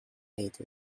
ate